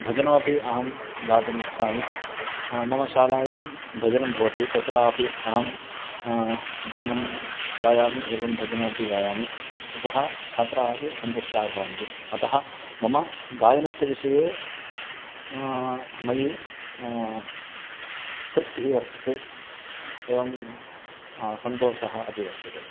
भजनमपि अहं गातुम् इच्छामि मम शालायां भजनं भवति तत्रापि अहं गानं गायामि एवं भजनमपि गायामि ततः छात्राः अपि सन्तुष्टाः भवन्ति अतः मम गायनस्य विषये मयि तृप्तिः वर्तते एवं सन्तोषः अपि वर्तते